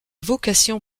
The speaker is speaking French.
vocation